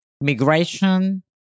migration